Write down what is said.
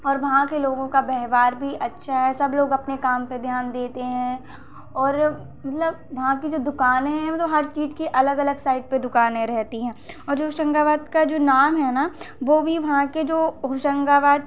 और वहां के लोगों का व्यवहार भी अच्छा है सब लोग अपने काम पे ध्यान देते हैं और मतलब वहां की जो दुकानें है वो हर चीज़ की अलग अलग साइड पे दुकानें रहती हैं और जो होशंगाबाद का जो नाम है ना वो भी वहां के जो होशंगाबाद